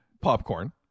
Popcorn